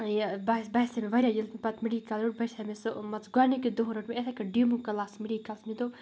یہِ باس باسے مےٚ واریاہ ییٚلہِ مےٚ پَتہٕ مٮ۪ڈِکَل روٚٹ باسے مےٚ سُہ مان ژٕ گۄڈنِکی دۄہ روٚٹ مےٚ یِتھَے کٲٹھۍ ڈیٖموٗ کٕلاس مٮ۪ڈِکَلَس مےٚ دوٚپ